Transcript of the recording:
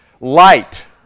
light